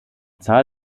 zahl